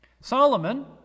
solomon